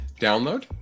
download